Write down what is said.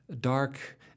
dark